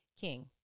king